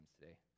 today